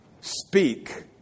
speak